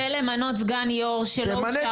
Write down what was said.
הוא רוצה למנות סגן יו"ר שלא אושר במל"ג.